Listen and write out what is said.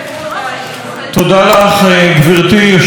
תודה לך, גברתי היושבת-ראש.